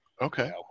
okay